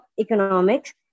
economics